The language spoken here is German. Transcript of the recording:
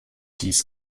dies